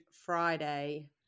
Friday